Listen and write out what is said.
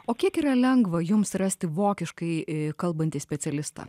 o kiek yra lengva jums rasti vokiškai e kalbantį specialistą